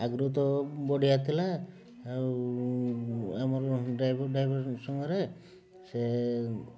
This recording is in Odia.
ଆଗରୁ ତ ବଢ଼ିଆ ଥିଲା ଆଉ ଆମର ଡ୍ରାଇଭର୍ ଡ୍ରାଇଭର୍ ସାଙ୍ଗରେ ସେ